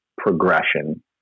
progression